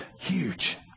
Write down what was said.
Huge